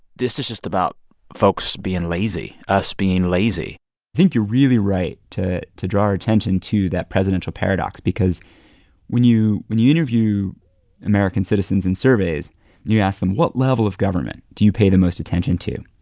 this is just about folks being lazy, us being lazy think you're really right to to draw attention to that presidential paradox because when you when you interview american citizens in surveys, and you ask them, what level of government do you pay the most attention to?